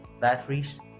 batteries